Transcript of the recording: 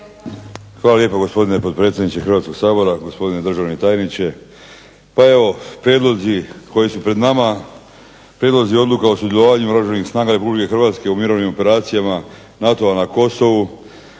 Hvala lijepo gospodine potpredsjedniče Hrvatskog sabora, gospodine državni tajniče. Pa evo prijedlozi koji su pred nama, prijedlozi odluka o sudjelovanju Oružanih snaga RH u mirovnim operacijama NATO-a na Kosovu